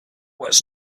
was